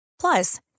Plus